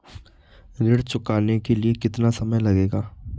ऋण चुकाने के लिए कितना समय मिलेगा?